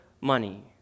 money